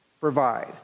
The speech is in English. provide